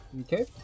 Okay